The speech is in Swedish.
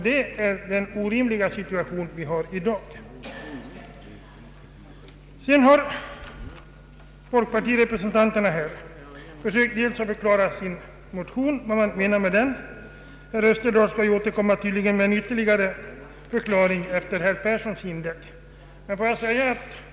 Det är denna orimliga situation vi har i dag. Vidare har folkpartirepresentanterna sökt förklara sin motion, och herr Österdahl ämnar uppenbarligen återkomma med ännu en förklaring efter herr Yngve Perssons inlägg.